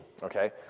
Okay